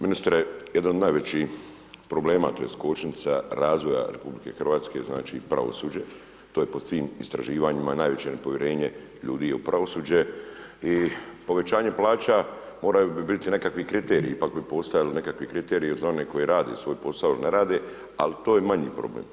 Ministre, jedan od najvećih problema tj. kočnica razvoja RH je znači pravosuđe, to je po svim istraživanjima. najveće povjerenje ljudi je u pravosuđe i povećanje plaća morali bi biti nekakvi kriteriji, ipak bi postojali nekakvi kriteriji za one koji rade svoj posao ili ne rade ali to je manji problem.